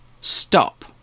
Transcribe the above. stop